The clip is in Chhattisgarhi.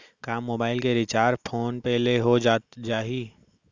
का मोबाइल के रिचार्ज फोन पे ले हो जाही?